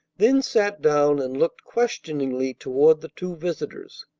then sat down and looked questioningly toward the two visitors.